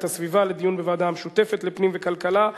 הסביבה לדיון בוועדה המשותפת לפנים וכלכלה,